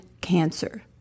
cancer